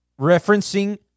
referencing